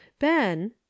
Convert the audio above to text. ben